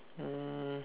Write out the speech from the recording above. um